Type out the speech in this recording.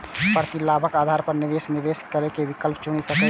प्रतिलाभक आधार पर निवेशक निवेश करै के विकल्प चुनि सकैए